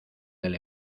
del